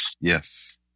Yes